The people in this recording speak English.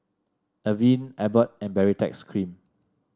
Avene Abbott and Baritex Cream